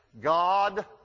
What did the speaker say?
God